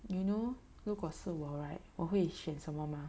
you know 如果是我 right 我会选什么吗